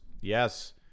Yes